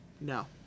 No